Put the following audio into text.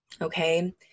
Okay